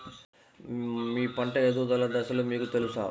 మీ పంట ఎదుగుదల దశలు మీకు తెలుసా?